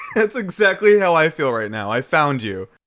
that's exactly how i feel right now i found you.